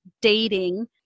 dating